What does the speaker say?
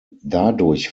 dadurch